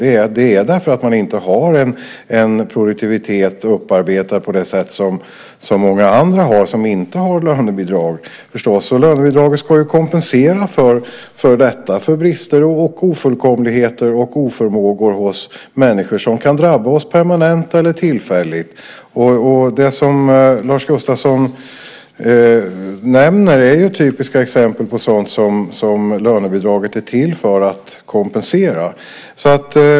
Det beror på att man inte har en produktivitet upparbetad på det sätt som många andra, som inte har lönebidrag, har. Lönebidraget ska kompensera detta. Det ska kompensera brister, ofullkomligheter och oförmågor som kan drabba oss människor permanent eller tillfälligt. Det som Lars Gustafsson nämner är typiska exempel på sådant som lönebidraget är till för att kompensera.